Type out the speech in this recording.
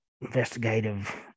investigative